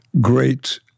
great